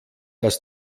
dass